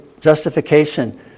justification